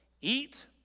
eat